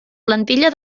plantilla